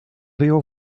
wyjął